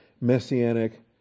messianic